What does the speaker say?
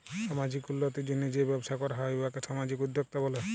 সামাজিক উল্লতির জ্যনহে যে ব্যবসা ক্যরা হ্যয় উয়াকে সামাজিক উদ্যোক্তা ব্যলে